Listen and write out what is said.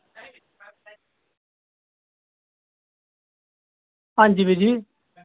हां जी बीर जी